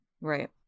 Right